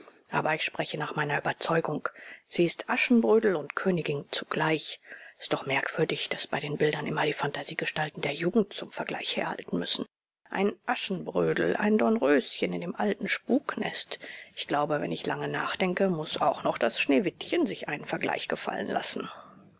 aber ich spreche nach meiner überzeugung sie ist aschenbrödel und königin zugleich es ist doch merkwürdig daß bei den bildern immer die phantasiegestalten der jugend zum vergleich herhalten müssen ein aschenbrödel ein dornröschen in dem alten spuknest ich glaube wenn ich lange nachdenke muß auch noch das schneewittchen sich einen vergleich gefallen lassen